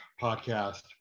podcast